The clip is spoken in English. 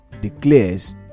declares